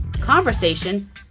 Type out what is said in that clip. conversation